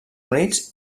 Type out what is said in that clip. units